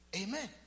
Amen